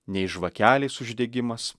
nei žvakelės uždegimas